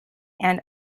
and